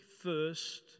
first